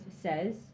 says